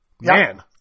Man